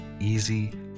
easy